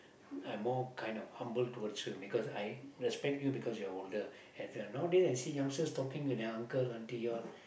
I'm more quite of humble towards you because I respect you because you're older and the nowadays I see youngsters talking their uncle auntie all